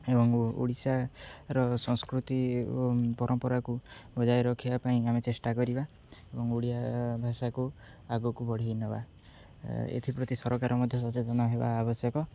ଏବଂ ଓଡ଼ିଶାର ସଂସ୍କୃତି ଓ ପରମ୍ପରାକୁ ବଜାୟ ରଖିବା ପାଇଁ ଆମେ ଚେଷ୍ଟା କରିବା ଏବଂ ଓଡ଼ିଆ ଭାଷାକୁ ଆଗକୁ ବଢ଼େଇ ନେବା ଏଥିପ୍ରତି ସରକାର ମଧ୍ୟ ସଚେତନ ହେବା ଆବଶ୍ୟକ